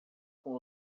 com